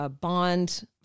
bond